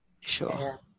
sure